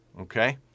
Okay